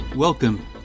Welcome